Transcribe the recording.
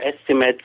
estimates